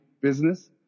business